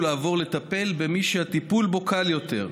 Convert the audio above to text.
לעבור לטפל במי שהטיפול בו קל יותר,